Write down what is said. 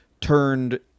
turned